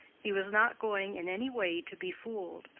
he was not going in any way to be fooled,